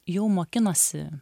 jau mokinosi